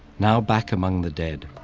now back among the dead,